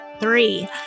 three